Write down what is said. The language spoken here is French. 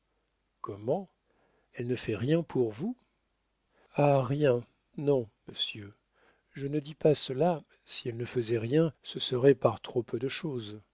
comment elle ne fait rien pour vous ah rien non monsieur je ne dis pas cela si elle ne faisait rien ce serait par trop peu de chose